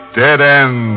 dead-end